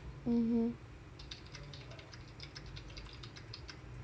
mmhmm